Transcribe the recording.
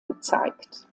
gezeigt